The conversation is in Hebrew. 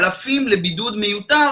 אלפים לבידוד מיותר,